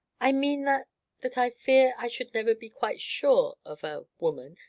i mean that that i fear i should never be quite sure of a woman,